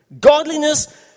Godliness